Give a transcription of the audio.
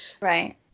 right